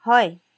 হয়